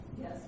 yes